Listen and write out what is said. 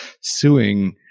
suing